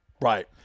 Right